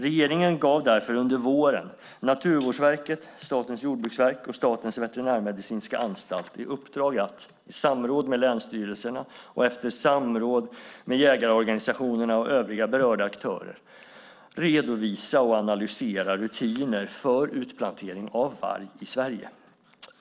Regeringen gav därför under våren Naturvårdsverket, Statens jordbruksverk och Statens veterinärmedicinska anstalt i uppdrag att, i samråd med länsstyrelserna och efter samråd med jägarorganisationerna och övriga berörda aktörer redovisa och analysera rutiner för utplantering av varg i Sverige.